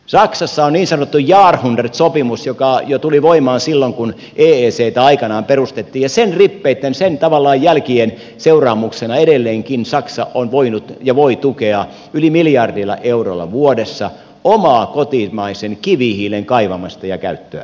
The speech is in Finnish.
saksassa on niin sanottu jahrhundert sopimus joka tuli voimaan jo silloin kun eectä aikanaan perustettiin ja sen rippeitten tavallaan sen jälkien seuraamuksena edelleenkin saksa on voinut ja voi tukea yli miljardilla eurolla vuodessa omaa kotimaisen kivihiilen kaivamista ja käyttöä